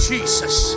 Jesus